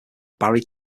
barry